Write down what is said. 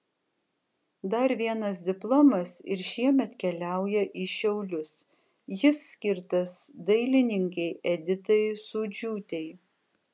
dar vienas diplomas ir šiemet keliauja į šiaulius jis skirtas dailininkei editai sūdžiūtei